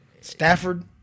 Stafford